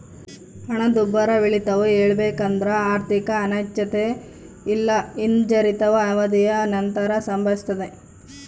ಹಣದುಬ್ಬರವಿಳಿತವು ಹೇಳಬೇಕೆಂದ್ರ ಆರ್ಥಿಕ ಅನಿಶ್ಚಿತತೆ ಇಲ್ಲಾ ಹಿಂಜರಿತದ ಅವಧಿಯ ನಂತರ ಸಂಭವಿಸ್ತದೆ